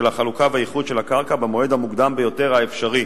החלוקה והאיחוד של הקרקע במועד המוקדם ביותר האפשרי,